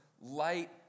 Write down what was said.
light